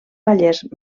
pallers